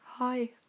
Hi